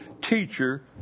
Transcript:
teacher